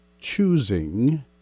choosing